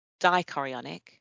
dichorionic